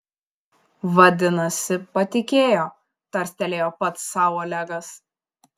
vadinasi patikėjo tarstelėjo pats sau olegas